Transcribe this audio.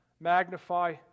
Magnify